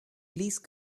please